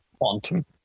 Quantum